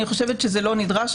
זה לא נדרש.